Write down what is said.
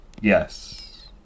yes